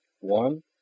One